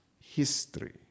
history